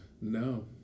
No